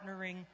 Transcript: partnering